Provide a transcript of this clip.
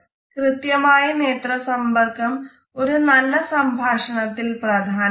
കൃത്യമായ നേത്രസമ്പർക്കം ഒരു നല്ല സംഭാഷണത്തിൽ പ്രധാനമാണ്